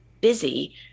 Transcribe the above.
busy